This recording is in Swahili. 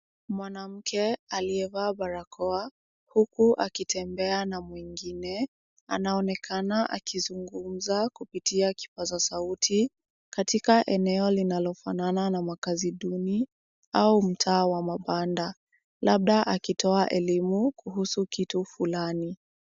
Mwanamke aliyevaa barakoa huku akitembea na mwingine anaonekana akizungumza kupitia kipaza sauti katika eneo linalofanana na makazi duni au mtaa wa mabanda labda akitoa elimu kuhusu kitu fulani.